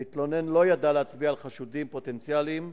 המתלונן לא ידע להצביע על חשודים פוטנציאליים,